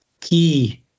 key